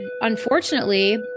unfortunately